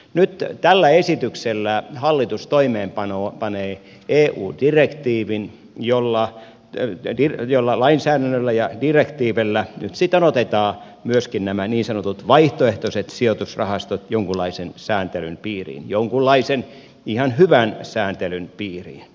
nyt tällä esityksellä hallitus toimeenpanee eu direktiivin ja lainsäädännöllä ja direktiivillä nyt sitten otetaan myöskin nämä niin sanotut vaihtoehtoiset sijoitusrahastot jonkunlaisen sääntelyn piiriin jonkunlaisen ihan hyvän sääntelyn piiriin